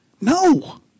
No